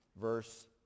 verse